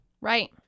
Right